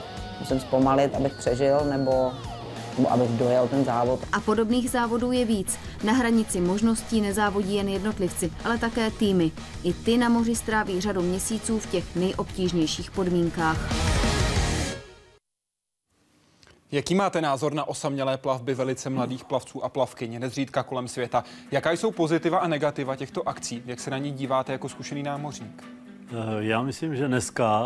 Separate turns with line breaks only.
Musím zpomalit, abych přežil, nebo- nebo abych dojel ten závod.
A podobných závodů je víc. Na hranici možností nezávodí jen jednotlivci, ale také týmy. I ty na moři stráví řadu měsíců v těch nejobtížnějších podmínkách.
Jaký máte názor na osamělé plavby velice mladých plavců a plavkyň, nezřídka kolem světa? Jaká jsou pozitiva a negativa těchto akcí? Jak se na ní díváte jako zkušený námořník?
Eh, já myslím, že dneska-